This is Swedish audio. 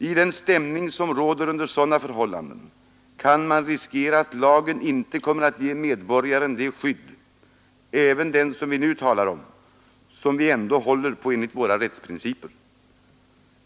I den stämning som råder under sådana förhållanden kan man riskera att lagen inte kommer att ge medborgarna det skydd — även den som vi nu 158 talar om — som vi ändå håller på enligt våra rättsprinciper.